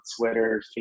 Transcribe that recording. twitter